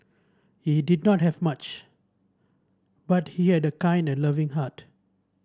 he did not have much but he had a kind and loving heart